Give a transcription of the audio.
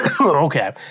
Okay